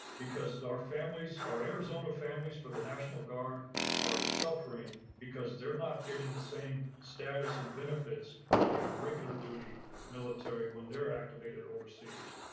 because our families, our arizona families for the national guard are suffering because they're not getting the same status and benefits of a regular duty military when they're activated overseas,